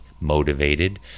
motivated